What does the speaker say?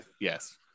yes